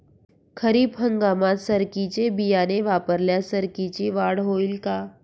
खरीप हंगामात सरकीचे बियाणे वापरल्यास सरकीची वाढ होईल का?